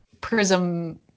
prism